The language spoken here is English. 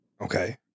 Okay